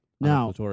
Now